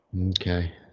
Okay